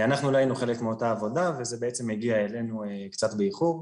אנחנו לא היינו חלק מאותה עבודה וזה בעצם הגיע אלינו קצת באיחור,